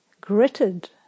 gritted